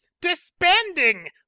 Disbanding